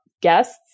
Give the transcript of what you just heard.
guests